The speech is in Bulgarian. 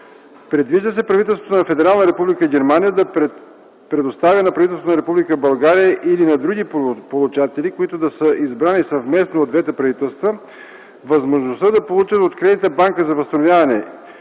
Предвижда се правителството на Федерална република Германия да предоставя на правителството на Република България или на други получатели, които да са избрани съвместно от двете правителства, възможността да получат от Кредитната банка за възстановяване